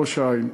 בראש-העין.